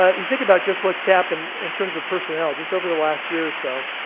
ah you think about just what's happened in terms of personnel just over the last year or so.